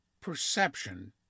Perception